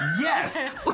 Yes